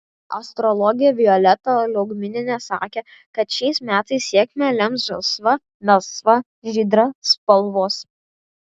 astrologė violeta liaugminienė sakė kad šiais metais sėkmę lems žalsva melsva žydra spalvos